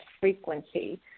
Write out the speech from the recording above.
frequency